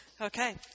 Okay